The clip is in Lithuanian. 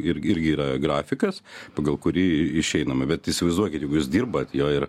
irgi irgi yra grafikas pagal kurį išeinama bet įsivaizduokit jeigu jūs dirbat jo ir